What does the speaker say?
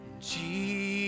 Jesus